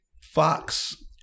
fox